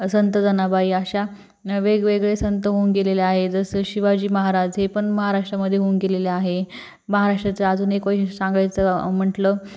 संत जनाबाई अशा वेगवेगळे संत होऊन गेलेले आहे जसं शिवाजी महाराज हे पण महाराष्ट्रामध्ये होऊन गेलेले आहे महाराष्ट्राचं अजून एक वैशिष्ट्य सांगायचं म्हटलं